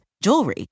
jewelry